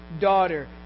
daughter